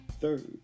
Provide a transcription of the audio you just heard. Third